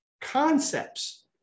concepts